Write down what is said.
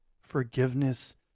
Forgiveness